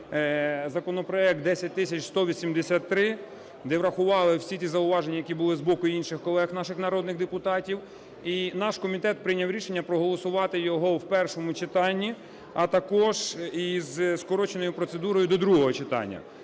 законопроект 10183, де врахували всі ті зауваження, які були з боку інших колег наших народних депутатів. І наш комітет прийняв рішення проголосувати його в першому читанні, а також із скороченою процедурою до другого читання.